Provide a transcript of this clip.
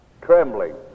Trembling